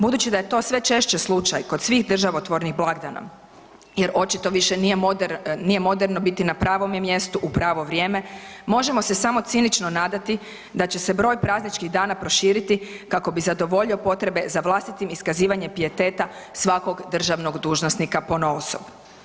Budući da je to sve češće slučaj kod svih državotvornih blagdana jer očito više nije moderan, nije moderno biti na pravome mjestu u pravo vrijeme, možemo se samo cinično nadati da će se broj prazničkih dana proširiti kao bi zadovoljio potrebe za vlastitim iskazivanjem pijeteta svakog državnog dužnosnika ponaosob.